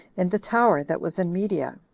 in the tower that was in media,